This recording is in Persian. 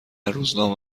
روزنامه